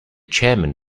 chairman